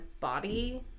body